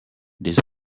des